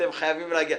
אתם חייבים להגיע.